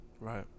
Right